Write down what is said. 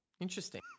Interesting